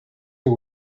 her